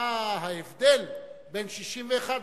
מה ההבדל בין 61 ל-80?